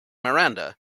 miranda